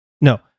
no